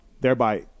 thereby